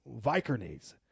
Vikernes